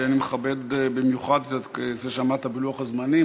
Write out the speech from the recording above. ואני מכבד במיוחד את זה שעמדת בלוח הזמנים,